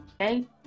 Okay